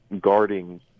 guarding